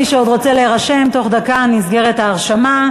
מי שעוד רוצה להירשם, בתוך דקה נסגרת ההרשמה.